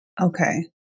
Okay